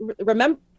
remember